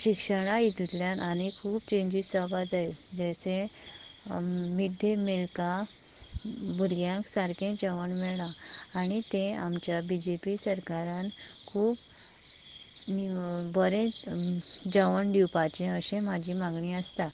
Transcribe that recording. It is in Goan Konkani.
शिक्षणा हितूंतल्यान आनी खूब चेंजीस जावपा जायो जैशें मीड डे मिल्कांक भुरग्यांक सारकें जेवण मेळना आनी तें आमच्या बी जे पी सरकारान खूब नी बरें जेवण दिवपाचें अशी म्हाजी मागणी आसता